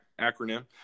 acronym